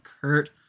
Kurt